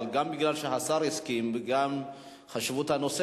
אם לא דרך ההוא,